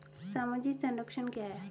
सामाजिक संरक्षण क्या है?